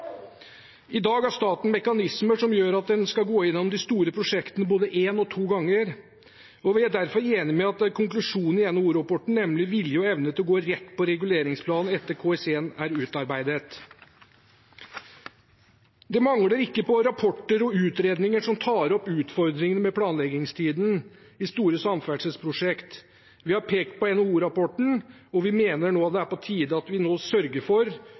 I dag har staten mekanismer som gjør at en skal gå gjennom de store prosjektene både en og to ganger, og vi er derfor enig i konklusjonen i NHO-rapporten, nemlig vilje og evne til å gå rett på reguleringsplan etter at KS1 er utarbeidet. Det mangler ikke på rapporter og utredninger som tar opp utfordringene med planleggingstiden i store samferdselsprosjekt. Vi har pekt på NHO-rapporten, og vi mener det er på tide at vi nå sørger for